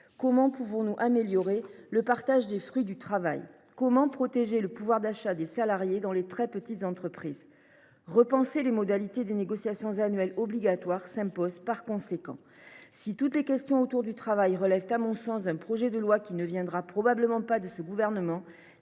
Comment améliorer le partage des fruits de ce dernier ? Comment protéger le pouvoir d’achat des salariés dans les très petites entreprises ? Repenser les modalités des négociations annuelles obligatoires s’impose, par conséquent. Si toutes les questions autour du travail relèvent, à mon sens, d’un projet de loi qui ne viendra probablement pas de ce gouvernement,